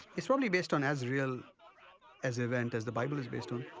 it's probably based on as real as event as the bible is based on.